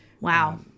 Wow